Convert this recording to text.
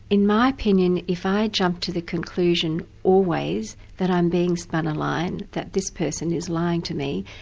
in my opinion, if i jump to the conclusion always that i'm being spun a line, that this person is lying to me,